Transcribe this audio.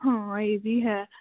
ਹਾਂ ਇਹ ਵੀ ਹੈ